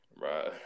Right